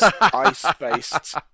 ice-based